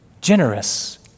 generous